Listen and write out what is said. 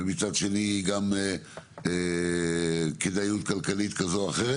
ומצד שני גם כדאיות כלכלית כזו או אחרת.